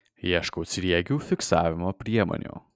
ieškau sriegių fiksavimo priemonių